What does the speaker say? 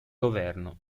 governo